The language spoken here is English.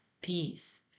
peace